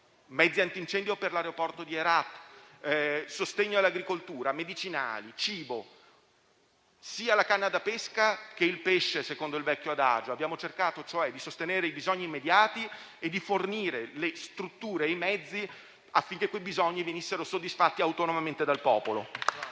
mezzi antincendio per l'aeroporto di Herat, sostegno all'agricoltura, medicinali, cibo e così via. Abbiamo fornito sia la canna da pesca che il pesce, secondo un vecchio adagio, nel senso che abbiamo cercato di sostenere cioè i bisogni immediati e di fornire le strutture e i mezzi affinché quei bisogni venissero soddisfatti autonomamente dal popolo.